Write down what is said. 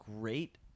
great